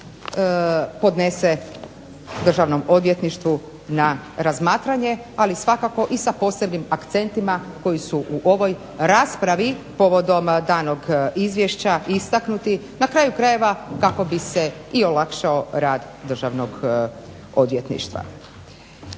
podnese Državnom odvjetništvu na razmatranje, ali svakako i sa posebnim akcentima koji su u ovoj raspravi povodom danog izvješća istaknuti. Na kraju krajeva kako bi se olakšao rad Državnog odvjetništva.